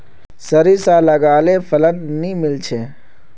सारिसा लगाले फलान नि मीलचे?